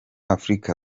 afrika